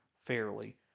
fairly